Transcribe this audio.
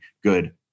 good